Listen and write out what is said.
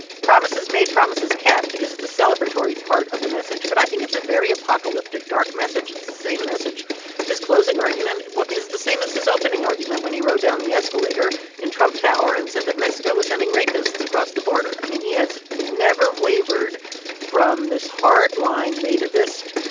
promises made, promises kept is the celebratory part of the message. but i think it's a very apocalyptic, dark message. it's the same message his closing argument is the same as his opening argument when he rode down the escalator in trump tower and said that mexico was sending rapists across the border. i mean, he has never wavered from this hard-line, nativist,